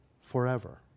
forever